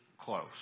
close